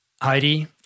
Heidi